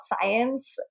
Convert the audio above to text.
science